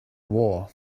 war